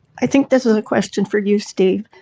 i think this is a question for you, steve.